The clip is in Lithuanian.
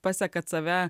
paseka save